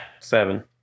Seven